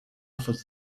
offered